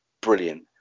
brilliant